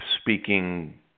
speaking